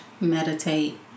meditate